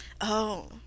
Oh